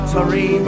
Sorry